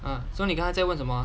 uh so 你刚才在问什么 ah